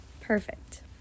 Perfect